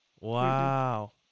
Wow